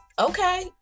okay